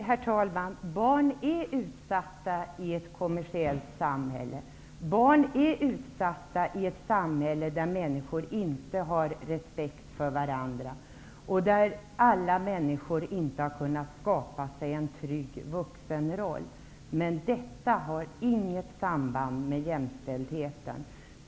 Herr talman! I ett kommersiellt samhälle är barn utsatta. Barn är också utsatta i ett samhälle där människor inte har respekt för varandra och där inte alla människor har kunnat skaffa sig en trygg vuxenroll. Men detta har inget samband med jämställdheten.